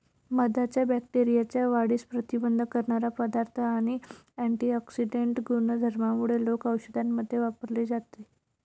मधाच्या बॅक्टेरियाच्या वाढीस प्रतिबंध करणारा पदार्थ आणि अँटिऑक्सिडेंट गुणधर्मांमुळे लोक औषधांमध्ये वापरले जाते